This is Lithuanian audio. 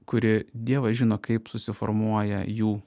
kuri dievas žino kaip susiformuoja jų